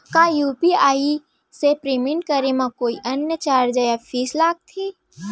का यू.पी.आई से पेमेंट करे म कोई अन्य चार्ज या फीस लागथे?